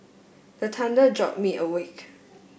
the thunder jolt me awake